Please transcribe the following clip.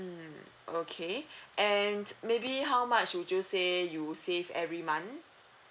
mm okay and maybe how much would you say you save every month